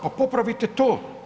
Pa popravite to.